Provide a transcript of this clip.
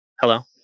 Hello